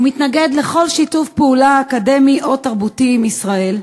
הוא מתנגד לכל שיתוף פעולה אקדמי או תרבותי עם ישראל,